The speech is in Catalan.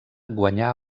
guanyà